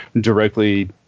directly